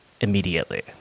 immediately